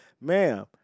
Ma'am